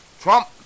Trump